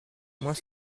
moins